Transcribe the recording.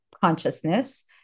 consciousness